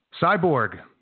Cyborg